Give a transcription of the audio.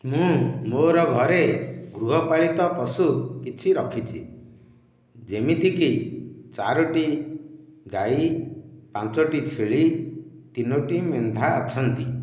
ମୁଁ ମୋର ଘରେ ଗୃହପାଳିତ ପଶୁ କିଛି ରଖିଛି ଯେମିତିକି ଚାରୋଟି ଗାଈ ପାଞ୍ଚୋଟି ଛେଳି ତିନୋଟି ମେଣ୍ଢା ଅଛନ୍ତି